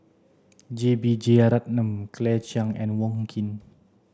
J B Jeyaretnam Claire Chiang and Wong Keen